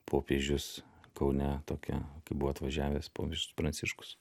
popiežius kaune tokia kai buvo atvažiavęs popiežius pranciškus